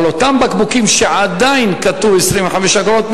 על אותם בקבוקים שעדיין כתוב 25 אגורות,